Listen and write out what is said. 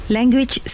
Language